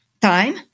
time